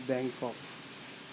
Bangkok